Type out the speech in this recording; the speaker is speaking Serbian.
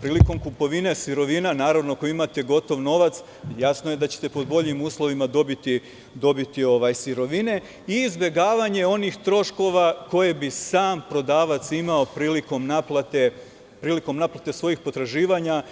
prilikom kupovine sirovina, naravno, ako imate gotov novac, jasno je da ćete pod boljim uslovima dobiti sirovine i izbegavanje onih troškova koje bi sam prodavac imao prilikom naplate svojih potraživanja.